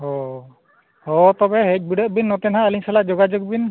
ᱦᱳᱭ ᱦᱳᱭ ᱛᱚᱵᱮ ᱦᱮᱡ ᱵᱤᱰᱟᱹᱜ ᱵᱤᱱ ᱱᱚᱛᱮ ᱱᱟᱦᱟᱜ ᱟᱹᱞᱤᱧ ᱥᱟᱞᱟᱜ ᱱᱟᱦᱟᱜ ᱡᱳᱜᱟᱡᱳᱜᱽ ᱵᱤᱱ